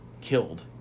killed